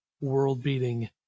world-beating